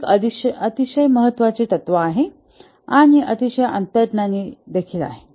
हे एक अतिशय महत्त्वाचे तत्व आहे आणि अतिशय अंतर्ज्ञानी देखील आहे